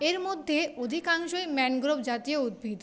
এর মধ্যে অধিকাংশই ম্যানগ্রোভ জাতীয় উদ্ভিদ